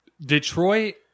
Detroit